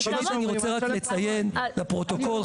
שאני רוצה רק לציין לפרוטוקול,